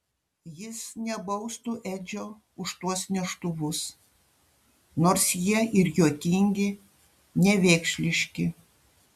jis nebaustų edžio už tuos neštuvus nors jie ir juokingi nevėkšliški